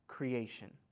creation